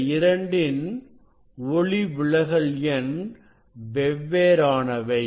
இந்த இரண்டின் ஒளிவிலகல் எண் வெவ்வேறானவை